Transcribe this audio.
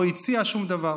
לא הציע שום דבר.